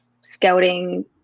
scouting